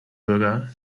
bürger